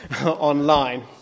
online